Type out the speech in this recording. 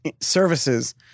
services